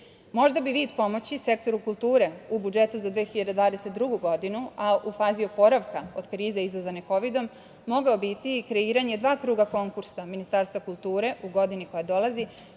bi vid pomoći sektoru kulture u budžetu za 2022. godinu, a u fazi oporavka od krize izazvane kovidom, mogao biti i kreiranje dva kruga konkursa Ministarstva kulture u godini koja dolazi,